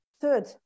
Third